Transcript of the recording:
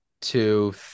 two